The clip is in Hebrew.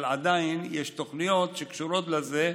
אבל עדיין יש תוכניות שקשורות לזה,